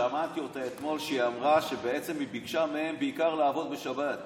שמעתי אתמול שהיא אמרה שבעצם היא ביקשה מהם בעיקר לעבוד בשבת,